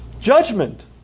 Judgment